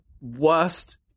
worst